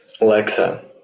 Alexa